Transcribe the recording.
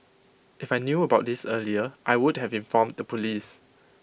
if I knew about this earlier I would have informed the Police